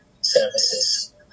services